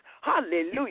Hallelujah